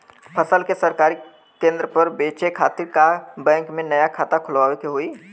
फसल के सरकारी केंद्र पर बेचय खातिर का बैंक में नया खाता खोलवावे के होई?